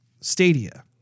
Stadia